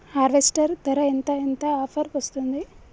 Harvester ధర ఎంత ఎంత ఆఫర్ వస్తుంది?